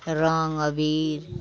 रंग अबीर